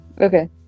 Okay